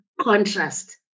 contrast